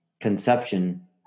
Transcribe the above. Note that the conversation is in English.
conception